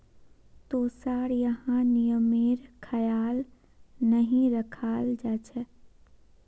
तोसार यहाँ नियमेर ख्याल नहीं रखाल जा छेक